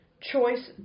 Choice